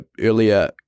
earlier